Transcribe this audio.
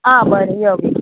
आं बरें यो बेगीन